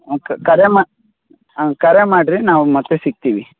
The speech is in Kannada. ಓಕೆ ಕರೆ ಮಾ ಕರೆ ಮಾಡಿರಿ ನಾವು ಮತ್ತೆ ಸಿಗ್ತೀವಿ